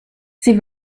sie